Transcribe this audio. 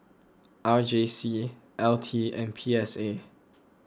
R J C L T and P S A